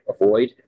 avoid